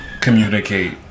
communicate